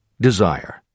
Desire